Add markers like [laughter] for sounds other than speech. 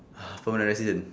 [noise] permanent resident